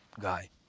guy